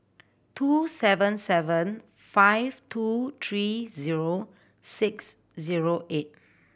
two seven seven five two three zero six zero eight